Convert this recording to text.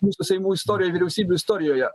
mūsų seimų istorijoj vyriausybių istorijoje